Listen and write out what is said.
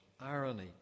irony